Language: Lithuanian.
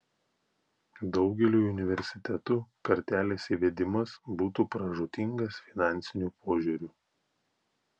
daugeliui universitetų kartelės įvedimas būtų pražūtingas finansiniu požiūriu